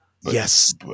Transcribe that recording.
Yes